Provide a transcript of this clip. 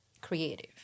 creative